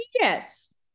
yes